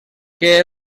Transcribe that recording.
que